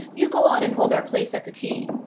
you go on and hold our place at the tee.